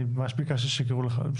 אני ממש ביקשתי שיקראו לך.